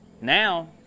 Now